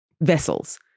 vessels